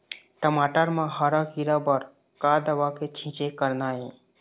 टमाटर म हरा किरा बर का दवा के छींचे करना ये?